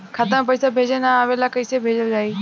खाता में पईसा भेजे ना आवेला कईसे भेजल जाई?